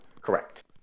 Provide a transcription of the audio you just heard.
Correct